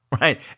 right